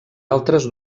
altres